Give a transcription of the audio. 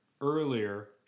earlier